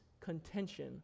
contention